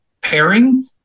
pairing